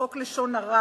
חוק לשון הרע,